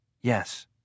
Yes